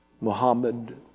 Muhammad